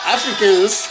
Africans